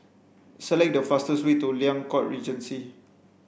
select the fastest way to Liang Court Regency